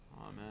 Amen